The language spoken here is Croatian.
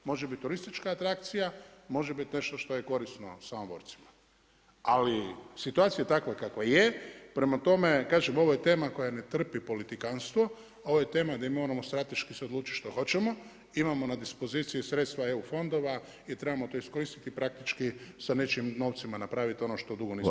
Može biti turistička atrakcija može biti nešto što je korisno Samoborcima, ali je situacija takva kakva je, prema tome kažem, ovo je tema koja ne trpi politikanstvo, ova je tema di moramo strateški se odlučiti što hoćemo, imamo na dispoziciji sredstva EU fondova i trebamo to iskoristiti praktički sa nečim novcima napraviti ono što dugo nismo.